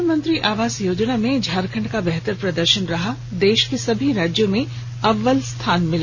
प्रधानमंत्री आवास योजना में झारखंड का प्रदर्शन बेहतर रहा देश के सभी राज्यों में अव्वल स्थान मिला